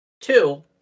Two